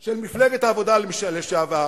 של מפלגת העבודה לשעבר